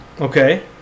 Okay